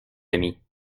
amis